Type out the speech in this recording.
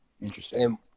interesting